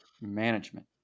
management